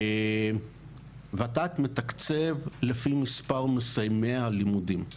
ות"ת מתקצבת לפי מספר מסיימי הלימודים,